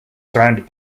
surrounded